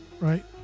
right